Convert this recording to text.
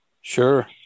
Sure